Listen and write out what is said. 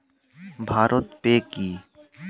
Bharat pay কি?